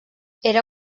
era